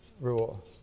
rule